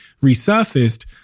resurfaced